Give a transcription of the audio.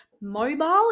mobile